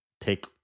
take